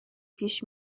پیش